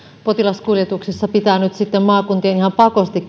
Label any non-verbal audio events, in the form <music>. potilaskuljetuksissa pitää nyt sitten maakuntien ihan pakosti <unintelligible>